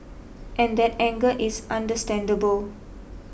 and that anger is understandable